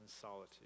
solitude